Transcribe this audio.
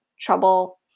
trouble